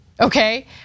okay